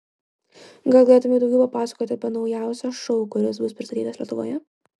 gal galėtumei daugiau papasakoti apie naujausią šou kuris bus pristatytas lietuvoje